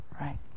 Right